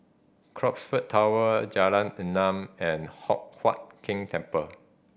Crocksford Tower Jalan Enam and Hock Huat Keng Temple